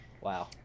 Wow